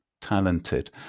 talented